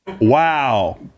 Wow